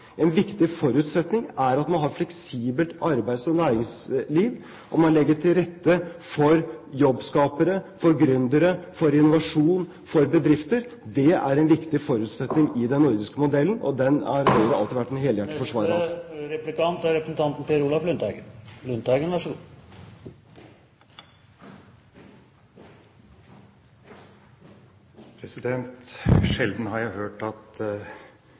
En viktig forutsetning er at man har et fleksibelt arbeids- og næringsliv, og at man legger til rette for jobbskapere, for gründere, for innovasjon, for bedrifter. Det er en viktig forutsetning i den nordiske modellen, og den har Høyre alltid vært en helhjertet forsvarer av. Sjelden har jeg hørt – som nå fra Høyre – at